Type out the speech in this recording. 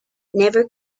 never